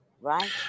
right